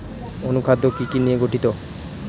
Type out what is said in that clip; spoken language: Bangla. অনুখাদ্য কি কি নিয়ে গঠিত?